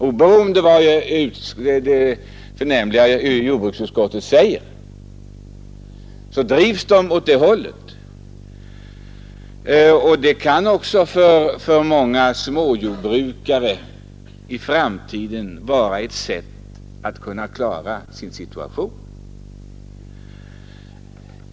Oberoende av vad det förnämliga jordbruksutskottet säger, drivs jordbrukarna åt det hållet. Det kan för många småbrukare i framtiden vara ett sätt att klara sin situation.